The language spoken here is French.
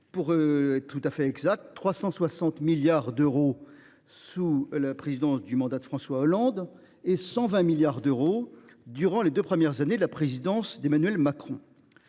Pour être tout à fait exact, il a progressé de 360 milliards d’euros sous la présidence de François Hollande et de 120 milliards d’euros durant les deux premières années de la présidence d’Emmanuel Macron.